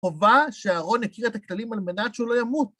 חובה שאהרון יכיר את הכללים, על מנת שהוא לא ימות.